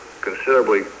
considerably